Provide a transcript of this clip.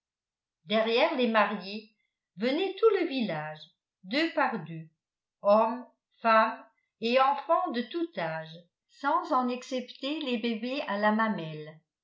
derrière les mariés venait tout le village deux par deux hommes femmes et enfants de tout âge sans en excepter les bébés à la mamelle